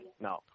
No